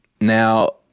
Now